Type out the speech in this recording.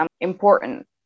important